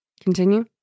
Continue